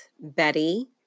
Betty